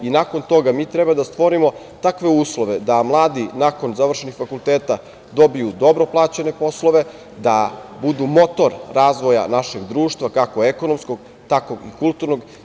Nakon toga mi treba da stvorimo takve uslove da mladi nakon završenih fakulteta dobiju dobro plaćene poslove, da budu motor razvoja našeg društva, kako ekonomskog, tako i kulturnog.